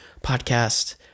podcast